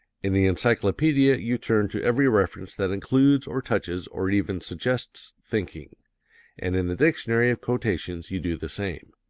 in the encyclopedia you turn to every reference that includes or touches or even suggests thinking and in the dictionary of quotations you do the same.